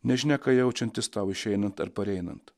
nežinia ką jaučiantis tau išeinant ar pareinant